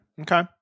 Okay